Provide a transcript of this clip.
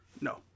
No